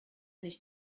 nicht